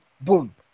boom